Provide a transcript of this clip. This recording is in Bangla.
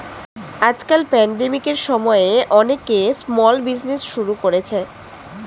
আজকাল প্যান্ডেমিকের সময়ে অনেকে স্মল বিজনেজ শুরু করেছে